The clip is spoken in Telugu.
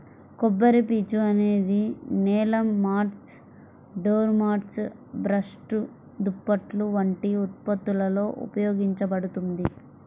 కొబ్బరిపీచు అనేది నేల మాట్స్, డోర్ మ్యాట్లు, బ్రష్లు, దుప్పట్లు వంటి ఉత్పత్తులలో ఉపయోగించబడుతుంది